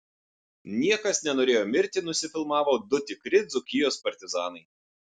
niekas nenorėjo mirti nusifilmavo du tikri dzūkijos partizanai